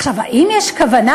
האם יש כוונה,